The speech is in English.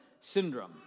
syndrome